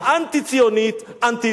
זה מעקב אחרי הפסיקה האנטי-ציונית, אנטי-יהודית.